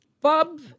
Bob